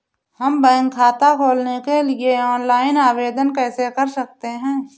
हम बैंक खाता खोलने के लिए ऑनलाइन आवेदन कैसे कर सकते हैं?